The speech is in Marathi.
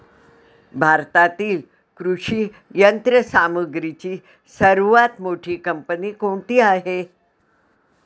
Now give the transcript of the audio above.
भारतातील कृषी यंत्रसामग्रीची सर्वात मोठी कंपनी कोणती आहे?